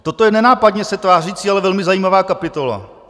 Toto je nenápadně se tvářící, ale velmi zajímavá kapitola.